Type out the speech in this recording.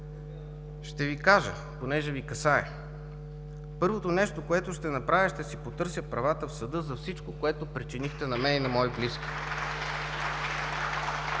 Ще Ви кажа, понеже Ви касае. Първото нещо, което ще направя, е да си потърся правата в съда за всичко, което причинихте на мен и на мои близки